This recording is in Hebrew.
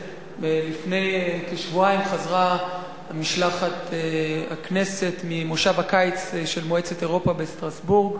לפני כשבועיים חזרה משלחת הכנסת ממושב הקיץ של מועצת אירופה בשטרסבורג.